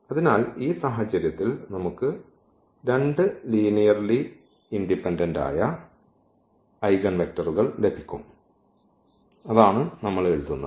അതിനാൽ ഈ സാഹചര്യത്തിൽ നമുക്ക് രണ്ട് ലീനിയർലി ഇൻഡിപെൻഡന്റ് ആയ ഐഗൻവെക്ടറുകൾ ലഭിക്കും അതാണ് നമ്മൾ എഴുതുന്നത്